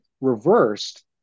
reversed